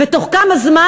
תוך כמה זמן,